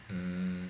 mm